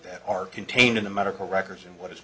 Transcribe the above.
that are contained in the medical records and what is